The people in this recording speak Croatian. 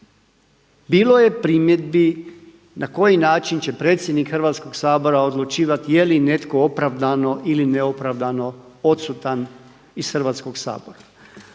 Bilo je primjedbi na koji način će predsjednik Hrvatskoga sabora odlučivati je li netko opravdano ili neopravdano odsutan iz Hrvatskoga sabora.